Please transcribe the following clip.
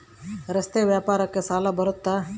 ರಸ್ತೆ ವ್ಯಾಪಾರಕ್ಕ ಸಾಲ ಬರುತ್ತಾ?